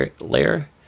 layer